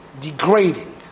degrading